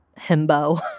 himbo